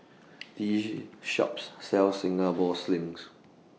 This Shop sells Singapore Slings